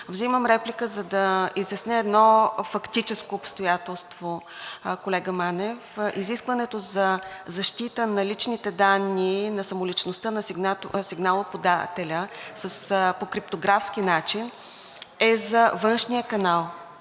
Вземам реплика, за да изясня едно фактическо обстоятелство, колега Манев. Изискването за защита на личните данни и на самоличността на сигналоподателя по криптографски начин е за външния канал